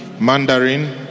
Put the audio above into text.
Mandarin